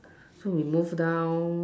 so we move down